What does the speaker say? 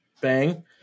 Bang